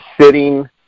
sitting